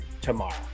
tomorrow